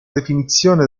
definizione